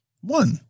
One